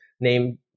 named